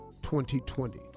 2020